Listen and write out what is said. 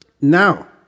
Now